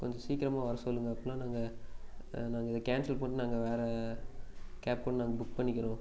கொஞ்சம் சீக்கிரமாக வர சொல்லுங்கள் அப்போ தான் நாங்கள் நாங்கள் கேன்சல் பண்ணி நாங்கள் வேறு கேப் கூட நாங்கள் புக் பண்ணிக்கிறோம்